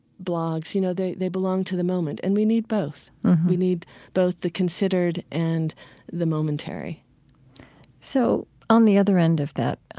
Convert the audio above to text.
blogs, you know, they they belong to the moment. and we need both mm-hmm we need both the considered and the momentary so on the other end of that